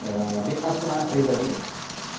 ओ बे आसना ओरैबादि